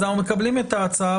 אנחנו מקבלים את ההצעה,